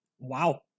Wow